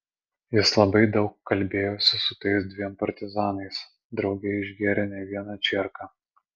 jis labai daug kalbėjosi su tais dviem partizanais drauge išgėrė ne vieną čierką